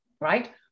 right